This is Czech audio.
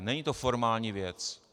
Není to formální věc.